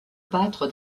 battre